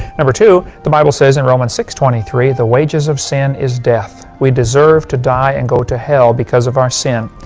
number two the bible says in romans six twenty three, the wages of sin is death. we deserve to die and go to hell because of our sin.